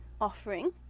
offering